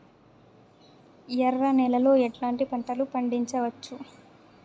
ఎర్ర నేలలో ఎట్లాంటి పంట లు పండించవచ్చు వచ్చు?